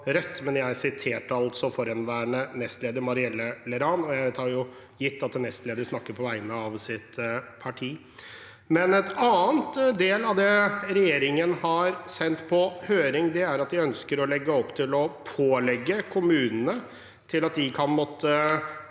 jeg refererte altså forhenværende nestleder Marielle Leraand, og jeg tar for gitt at en nestleder snakker på vegne av sitt parti. En annen del av det regjeringen har sendt på høring, er at de ønsker å legge opp til å pålegge kommunene å måtte